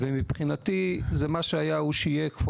מבחינתי מה שהיה הוא שיהיה,